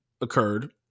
occurred